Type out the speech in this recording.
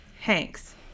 Hanks